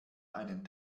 einen